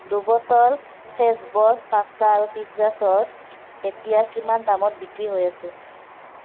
দুবটল ফেচবছ পাষ্টা আৰু pizza sauce এতিয়া কিমান দামত বিক্ৰী হৈ আছে